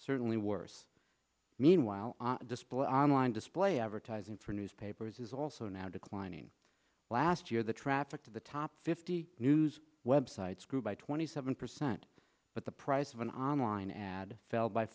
certainly worse meanwhile display online display advertising for newspapers is also now declining last year the traffic to the top fifty news websites grew by twenty seven percent but the price of an online ad fell by